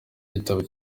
gitabo